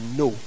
no